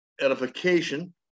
edification